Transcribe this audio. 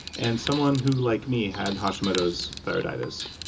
and someone who like me had hashimoto's thyroiditis.